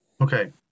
Okay